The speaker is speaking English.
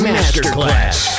Masterclass